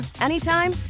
anytime